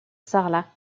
sarlat